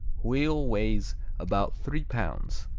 wheel weighs about three pounds.